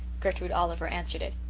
gertrude oliver answered it.